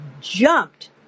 jumped